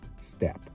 step